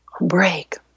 Break